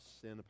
sin